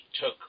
took